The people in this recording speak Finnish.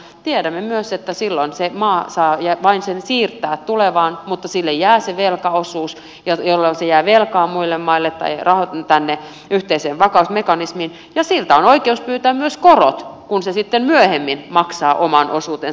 tiedämme myös että silloin se maa saa vain sen siirtää tulevaan mutta sille jää se velkaosuus jolloin se jää velkaa muille maille tai rahat tulevat tänne yhteiseen vakausmekanismiin ja siltä on oikeus pyytää myös korot kun se sitten myöhemmin maksaa oman osuutensa